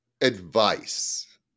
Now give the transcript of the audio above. advice